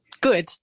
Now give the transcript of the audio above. Good